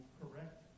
correct